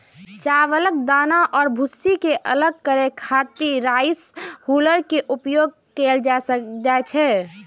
चावलक दाना आ भूसी कें अलग करै खातिर राइस हुल्लर के उपयोग कैल जाइ छै